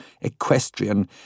equestrian